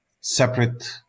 separate